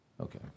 Okay